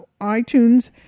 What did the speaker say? iTunes